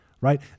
right